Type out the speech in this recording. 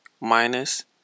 minus